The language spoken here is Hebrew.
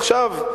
עכשיו,